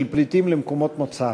של פליטים למקומות מוצאם,